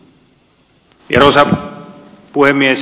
arvoisa puhemies